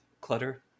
clutter